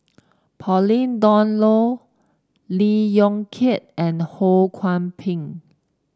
Pauline Dawn Loh Lee Yong Kiat and Ho Kwon Ping